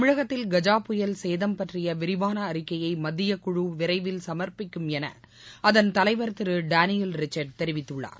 தமிழகத்தில் கஜா புயல் சேதம் பற்றிய விரிவான அறிக்கையை மத்தியக்குழு விரைவில் சமர்ப்பிக்கும் என அதன்தலைவர் திரு டேனியல் ரிச்சர்டு தெரிவித்துள்ளார்